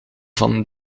van